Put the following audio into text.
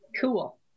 Cool